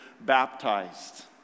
baptized